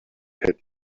had